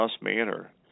manner